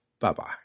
Bye-bye